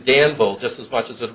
danville just as much as